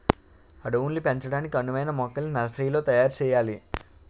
అడవుల్ని పెంచడానికి అనువైన మొక్కల్ని నర్సరీలో తయారు సెయ్యాలి